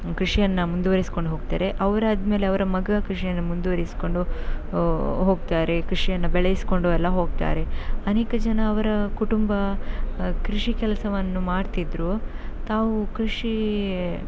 ಕೃಷಿಯನ್ನು ಮುಂದುವರಿಸಿಕೊಂಡು ಹೋಗ್ತಾರೆ ಅವ್ರು ಆದ ಮೇಲೆ ಅವರ ಮಗ ಕೃಷಿಯನ್ನು ಮುಂದುವರಿಸಿಕೊಂಡು ಹೋಗ್ತಾರೆ ಕೃಷಿಯನ್ನು ಬೆಳೆಸ್ಕೊಂಡು ಎಲ್ಲ ಹೋಗ್ತಾರೆ ಅನೇಕ ಜನ ಅವರ ಕುಟುಂಬ ಕೃಷಿ ಕೆಲಸವನ್ನು ಮಾಡ್ತಿದ್ರೂ ತಾವು ಕೃಷಿ